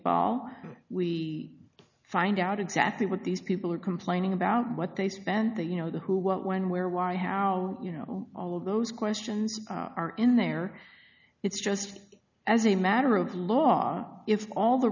host we find out exactly what these people are complaining about what they spent the you know the who what when where why how you know all of those questions are in there it's just as a matter of law if all the